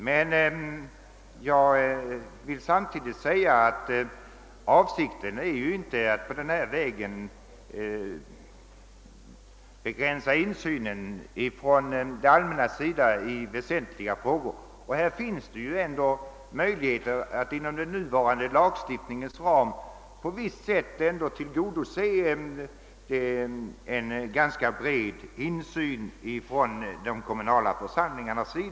Men avsikten är naturligtvis inte att därmed begränsa insynen i väsentliga frågor. Inom den nuvarande lagstiftningens ram är det emellertid möjligt att ganska väl tillgodose önskemålet om insyn för de kommunala församlingarna.